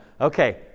okay